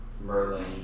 Merlin